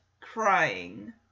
crying